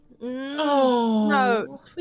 no